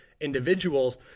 individuals